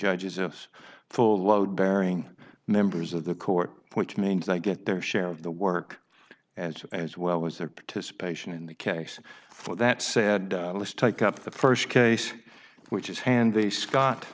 judges us full load bearing members of the court which means they get their share of the work and as well as their participation in the case for that said let's take up the first case which is handy scott